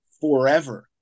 forever